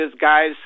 guys